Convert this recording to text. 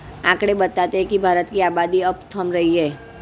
आकंड़े बताते हैं की भारत की आबादी अब थम रही है